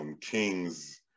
kings